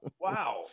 wow